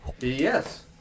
Yes